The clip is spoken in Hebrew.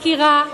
מכירה,